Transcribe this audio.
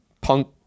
Punk